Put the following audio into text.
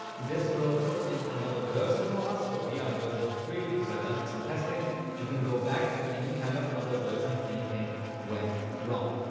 this will put in another version for us. so we are on version three because i've done some testing, but you can go back to any kind of other version if anything went wrong.